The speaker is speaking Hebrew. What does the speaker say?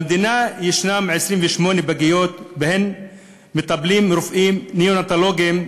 יש במדינה 28 פגיות שבהן מטפלים רופאים נאונטולוגים,